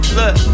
Look